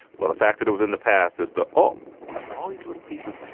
well, the fact that it was in the past is the all just all these little pieces.